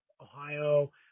Ohio